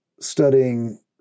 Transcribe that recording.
studying